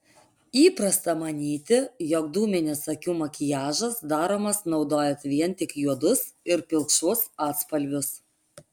įprasta manyti jog dūminis akių makiažas daromas naudojant vien tik juodus ir pilkšvus atspalvius